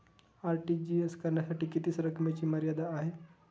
RTGS करण्यासाठी किती रकमेची मर्यादा आहे?